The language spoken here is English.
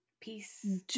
Peace